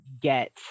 get